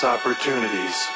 Opportunities